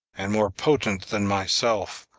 and more potent than myself,